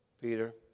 Peter